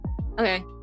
Okay